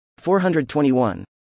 421